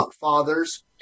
Fathers